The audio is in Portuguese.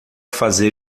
fazer